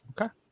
Okay